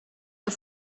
her